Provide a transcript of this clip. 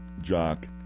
jock